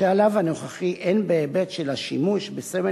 בשלב הנוכחי אין בהיבט של השימוש בסמל